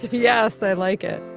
yes. i like it